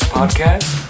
Podcast